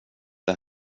det